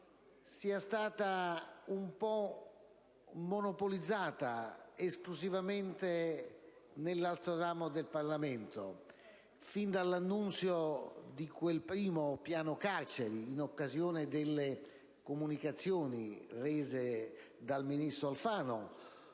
sia stata un po' monopolizzata esclusivamente nell'altro ramo del Parlamento, fin dall'annuncio di quel primo piano carceri, in occasione delle comunicazioni rese dal ministro Alfano,